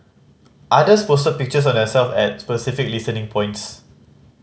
others posted pictures of themselves at specific listening points